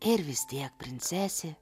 ir vis tiek princesė